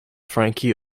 frankie